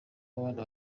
w’abana